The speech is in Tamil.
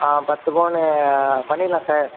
ஆ பத்து பவுன் பண்ணிடலாம் சார்